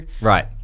right